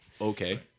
Okay